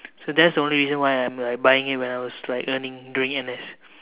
so that's the only reason why I'm like buying it when I was like earning during N_S